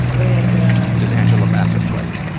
and ah does angela bassett play you?